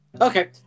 Okay